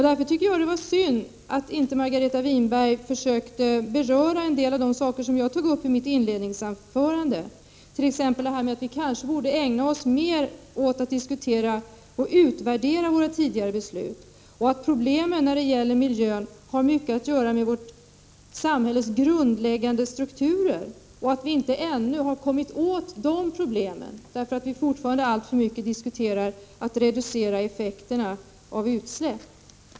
Därför var det synd att Margareta Winberg inte berörde vissa av de frågor som jag tog upp i mitt inledningsanförande, t.ex. detta att vi kanske borde ägna oss mer åt att diskutera och utvärdera våra tidigare beslut. Problemen när det gäller miljön har mycket att göra med vårt samhälles grundläggande strukturer och att vi ännu inte har kommit åt dessa problem. Vi diskuterar fortfarande alltför mycket om reduktion av effekterna av utsläpp.